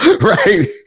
right